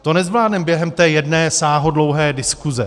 To nezvládneme během té jedné sáhodlouhé diskuze.